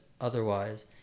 otherwise